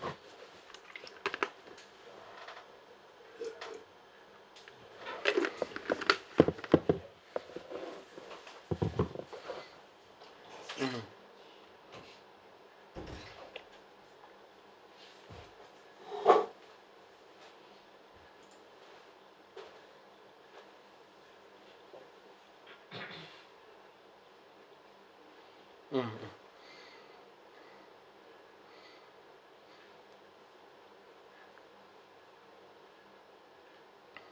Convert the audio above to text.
mmhmm mm